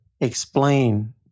explain